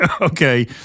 Okay